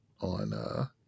on